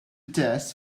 test